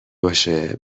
باشه